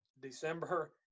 December